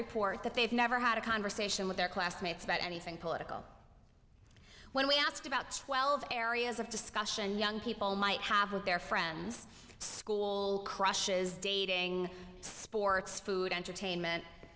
report that they've never had a conversation with their classmates about anything political when we asked about twelve areas of discussion young people might have with their friends school crushes dating sports food entertainment